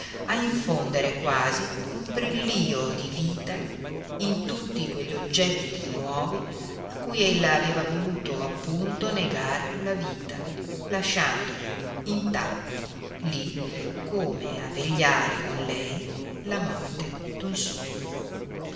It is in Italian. a infondere quasi un brillio di vita in tutti quegli oggetti nuovi a cui ella aveva voluto appunto negar la vita lasciandoli intatti lì come a vegliare con lei la morte d'un sogno